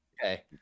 Okay